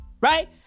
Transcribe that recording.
Right